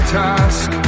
task